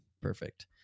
perfect